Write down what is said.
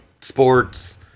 sports